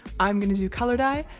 i'm gonna do color dye.